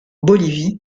bolivie